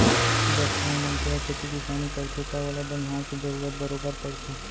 जब कोहूं मनसे ह खेती किसानी करथे तव ओला बनिहार के जरूरत बरोबर परथे